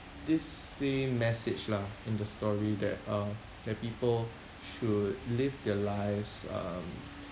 this same message lah in the story that uh that people should live their lives um